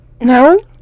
no